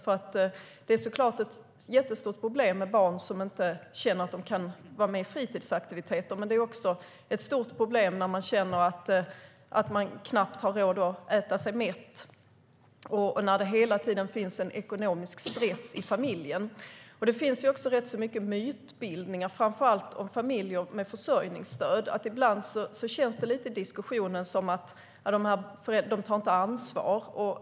Det är nämligen självklart ett jättestort problem med barn som inte känner att de kan vara med i fritidsaktiviteter, men det är också ett stort problem när människor knappt har råd att äta sig mätta och när det hela tiden finns en ekonomisk stress i familjen. Det finns rätt mycket mytbildningar om framför allt familjer med försörjningsstöd - ibland känns det i diskussionen lite som att man säger: "De här föräldrarna tar inte ansvar."